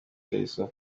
ikariso